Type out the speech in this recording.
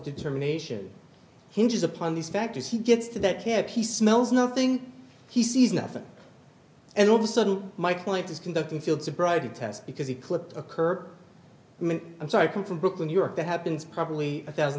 determination hinges upon these factors he gets to that can't he smells nothing he sees nothing and all of a sudden my client is conducting field sobriety tests because he clipped occur and so i come from brooklyn new york that happens probably a thousand